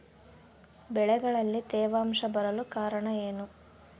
ಬೆಳೆಗಳಲ್ಲಿ ತೇವಾಂಶ ಬರಲು ಕಾರಣ ಏನು?